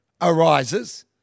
arises